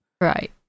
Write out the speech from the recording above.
Right